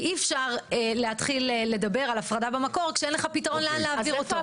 כי אי אפשר להתחיל לדבר על הפרדה במקור כשאין לך פתרון לאן להעביר אותו.